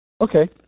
Okay